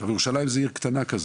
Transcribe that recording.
ירושלים זו עיר קטנה כזאת,